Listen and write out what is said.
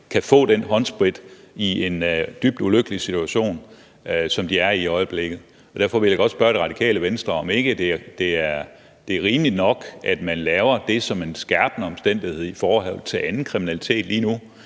kan få den håndsprit i den dybt ulykkelige situation, som de er i i øjeblikket. Derfor vil jeg da godt spørge Det Radikale Venstre, om ikke det er rimeligt nok, at man laver det som en skærpende omstændighed i forhold til anden kriminalitet lige nu,